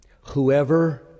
Whoever